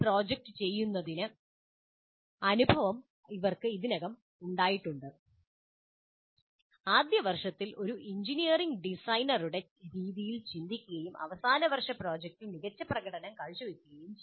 ഒരു പ്രോജക്റ്റ് ചെയ്യുന്നതിന്റെ അനുഭവം അവർക്ക് ഇതിനകം ഉണ്ടായിട്ടുണ്ട് ആദ്യ വർഷത്തിൽ ഒരു എഞ്ചിനീയറിംഗ് ഡിസൈനറുടെ രീതിയിൽ ചിന്തിക്കുകയും അവസാന വർഷ പ്രോജക്റ്റിൽ മികച്ച പ്രകടനം കാഴ്ചവയ്ക്കുകയും ചെയ്യുന്നു